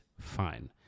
Fine